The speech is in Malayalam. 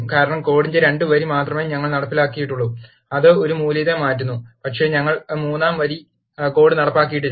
കാരണം കോഡിന്റെ 2 വരി മാത്രമേ ഞങ്ങൾ നടപ്പിലാക്കിയിട്ടുള്ളൂ അത് ഒരു മൂല്യത്തെ മാറ്റുന്നു പക്ഷേ ഞങ്ങൾ 3 ാം വരി കോഡ് നടപ്പാക്കിയിട്ടില്ല